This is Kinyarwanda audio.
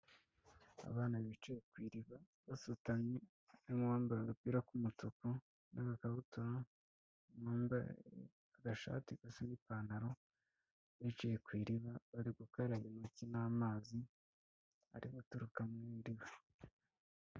Abana bicaye ku iriba basutamye, harimo uwambaye agapira k'umutuku n'agakabutura, nuwambaye agashati gasa nk'ipantaro bicaye ku iriba, bari gukaraba intoki n'amazi ari guturuka mu iriba.